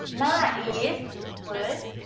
is worth,